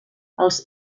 els